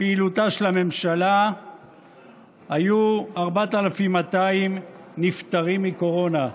פעילותה של הממשלה היו 4,200 נפטרים מקורונה.